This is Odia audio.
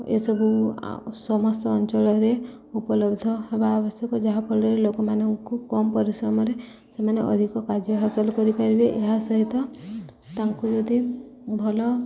ଏସବୁ ସମସ୍ତ ଅଞ୍ଚଳରେ ଉପଲବ୍ଧ ହେବା ଆବଶ୍ୟକ ଯାହାଫଳରେ ଲୋକମାନଙ୍କୁ କମ୍ ପରିଶ୍ରମରେ ସେମାନେ ଅଧିକ କାର୍ଯ୍ୟ ହାସଲ କରିପାରିବେ ଏହା ସହିତ ତାଙ୍କୁ ଯଦି ଭଲ